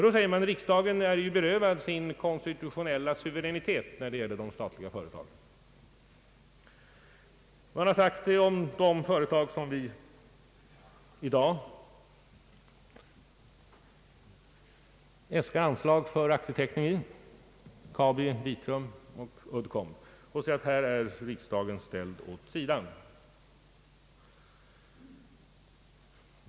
Då säger man att riksdagen är berövad sin konstitutionella suveränitet, när det gäller de statliga företagen. Man har sagt detta om de företag som vi i dag äskar anslag för aktieteckning i — Kabi, Vitrum och Uddcomb — och påstår att riksdagen här blivit ställd åt sidan.